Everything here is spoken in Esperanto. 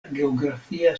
geografia